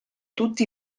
tutti